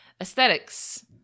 Aesthetics